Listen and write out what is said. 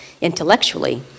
intellectually